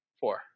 Four